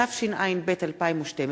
התשע"ב 2012,